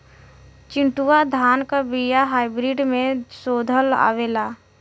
चिन्टूवा धान क बिया हाइब्रिड में शोधल आवेला?